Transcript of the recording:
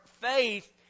faith